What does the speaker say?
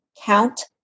count